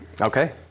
okay